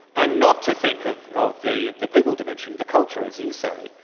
and not to think of of the the people dimension, the culture, as you say.